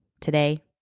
today